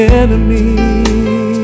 enemy